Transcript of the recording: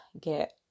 get